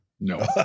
No